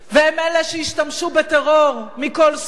הם אלה שישתמשו בטרור מכל סוג,